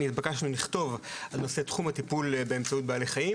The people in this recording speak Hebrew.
התבקשנו לכתוב על נושא תחום הטיפול באמצעות בעלי חיים.